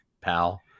pal